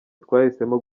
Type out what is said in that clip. twahisemo